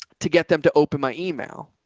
to get them to open my email.